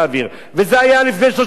וזה היה לפני שלושה שבועות.